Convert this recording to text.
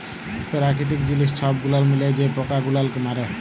পেরাকিতিক জিলিস ছব গুলাল মিলায় যে পকা গুলালকে মারে